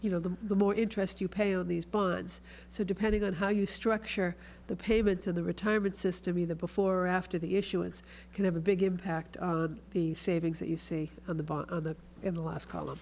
you know the more interest you pay on these bonds so depending on how you structure the payments of the retirement system either before or after the issuance can have a big impact on the savings that you see of the bottom of the in the last col